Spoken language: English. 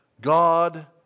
God